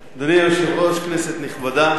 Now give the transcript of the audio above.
אדוני היושב-ראש, כנסת נכבדה,